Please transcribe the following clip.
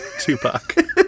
tupac